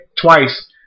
twice